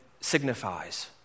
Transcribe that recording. signifies